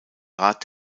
rat